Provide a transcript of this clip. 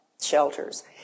shelters